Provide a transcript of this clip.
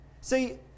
See